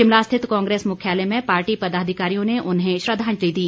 शिमला स्थित कांग्रेस मुख्यालय में पार्टी पदाधिकारियों ने उन्हें श्रद्धांजलि दी